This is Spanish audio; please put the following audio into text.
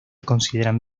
consideran